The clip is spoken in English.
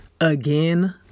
again